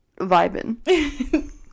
vibing